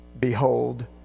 behold